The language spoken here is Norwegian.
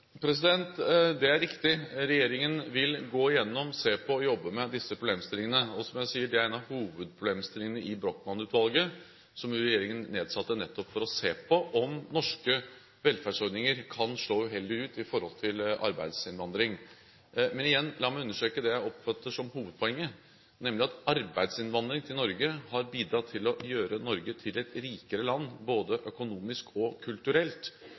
Det er riktig. Regjeringen vil gå gjennom, se på og jobbe med disse problemstillingene. Og som jeg sier: Det er en av hovedproblemstillingene i Brochmann-utvalget, som regjeringen nedsatte nettopp for å se på om norske velferdsordninger kan slå uheldig ut i forhold til arbeidsinnvandring. Men igjen: La meg understreke det jeg oppfatter som hovedpoenget, nemlig at arbeidsinnvandring til Norge har bidratt til å gjøre Norge til et rikere land, både økonomisk og kulturelt.